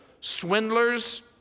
swindlers